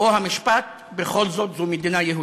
או המשפט: בכל זאת, מדינה יהודית.